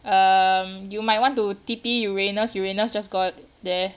um you might want to T_P uranus uranus just got there